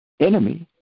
enemy